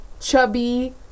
chubby